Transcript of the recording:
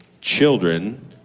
children